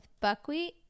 buckwheat